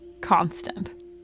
constant